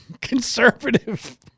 conservative